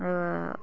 आ